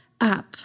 up